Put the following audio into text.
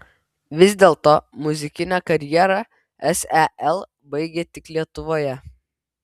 vis dėlto muzikinę karjerą sel baigia tik lietuvoje